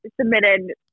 submitted